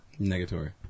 Negatory